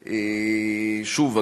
שוב,